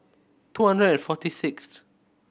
two hundred and forty sixth